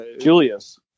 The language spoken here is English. julius